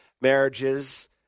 marriages